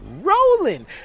rolling